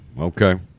Okay